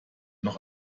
noch